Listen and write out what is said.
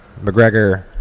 McGregor